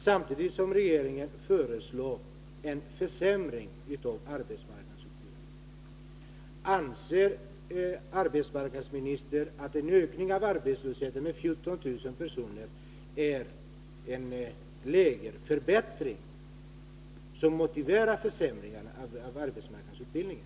Samtidigt föreslår regeringen en försämring av arbetsmarknadsutbildningen. Anser arbetsmarknadsministern att en ökning av arbetslösheten med 14000 personer är en lägesförbättring som motiverar försämringarna av arbetsmarknadsutbildningen?